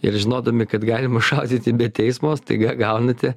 ir žinodami kad galima šaudyti be teismo staiga gaunate